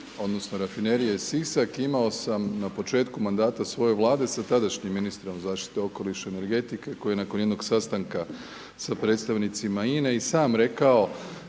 odnosno Rafinerije Sisak, imao sam na početku mandata svoje Vlade sa tadašnjim ministrom zaštite okoliša i energetike koji je nakon jednog sastanka sa predstavnicima INA-e i sam rekao